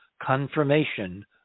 confirmation